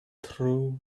through